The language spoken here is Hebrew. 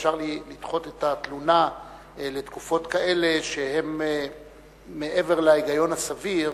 אפשר לדחות את התלונה לתקופות כאלה שהן מעבר להיגיון הסביר,